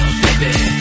baby